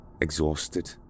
exhausted